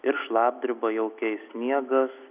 ir šlapdribą jau keis sniegas